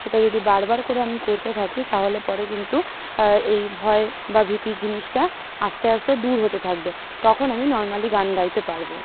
সেটা যদি বারবার করে আমি করতে থাকি তাহলে পরে কিন্তু এই ভয় বা ভীতি জিনিসটা আস্তে আস্তে দূর হতে থাকবে তখন আমি নর্মালি গান গাইতে পারবো